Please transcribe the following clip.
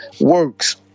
works